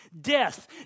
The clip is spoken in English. death